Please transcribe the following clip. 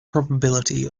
probability